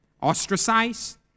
ostracized